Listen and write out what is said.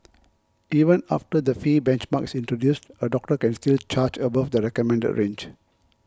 even after the fee benchmark is introduced a doctor can still charge above the recommended range